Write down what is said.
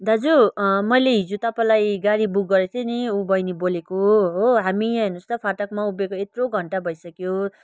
दाजु मैले हिजो तपाईँलाई गाडी बुक गरेको थिएँ नि ऊ बैनी बोलेको हो हामी यहाँ हेर्नु होस् त फाटकमा उभिएको यत्रो घन्टा भइसक्यो